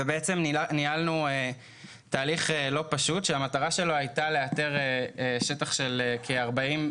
ניהלנו תהליך לא פשוט שמטרתו הייתה לאתר שטח של כ-40,